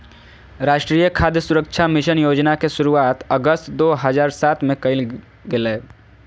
राष्ट्रीय खाद्य सुरक्षा मिशन योजना के शुरुआत अगस्त दो हज़ार सात में कइल गेलय